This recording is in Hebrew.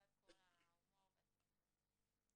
לצד כל ההומור והציניות,